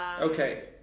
Okay